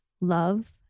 love